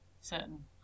certain